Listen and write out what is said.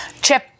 Chip